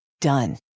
Done